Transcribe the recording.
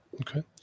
okay